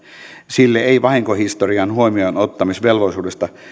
sille ei vahinkohistorian huomioonottamisvelvollisuudesta